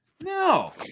No